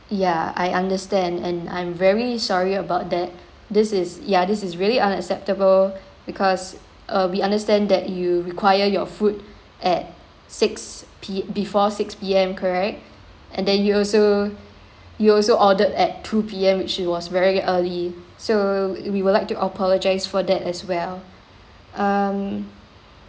ya I understand and I'm very sorry about that this is ya this is really unacceptable because uh we understand that you require your food at six P~ before six P_M correct and then you also you also ordered at two P_M which was very early so we would like to apologise for that as well um